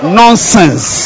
nonsense